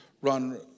run